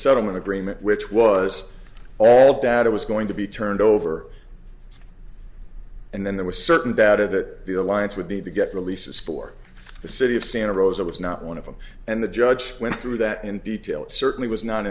settlement agreement which was all data was going to be turned over and then there was certain data that the alliance would be to get releases for the city of santa rosa was not one of them and the judge went through that in detail it certainly was not